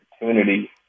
opportunity